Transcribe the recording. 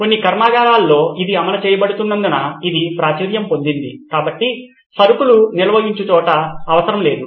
కొన్ని కర్మాగారాల్లో ఇది అమలు చేయబడినందున ఇది ప్రాచుర్యం పొందింది కాబట్టి సరుకులు నిల్వయుంచు చోటు అవసరం లేదు